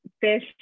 fish